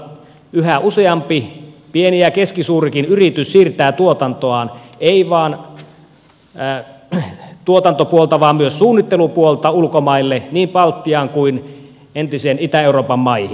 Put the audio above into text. yhä useampi pieni ja keskisuurikin yritys siirtää tuotantoaan ei vain tuotantopuolta vaan myös suunnittelupuolta ulkomaille niin baltiaan kuin entisen itä euroopan maihin